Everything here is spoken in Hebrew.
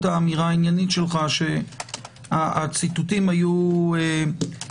האמירה העניינית שלך שהציטוטים היו חלקיים.